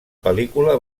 pel·lícula